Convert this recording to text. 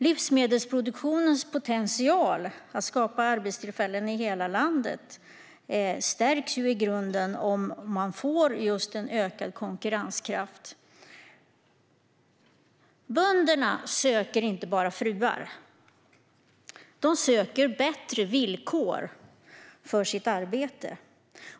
Livsmedelsproduktionens potential att skapa arbetstillfällen i hela landet stärks i grunden om man får en ökad konkurrenskraft. Bönderna söker inte bara fruar - de söker bättre villkor för sitt arbete.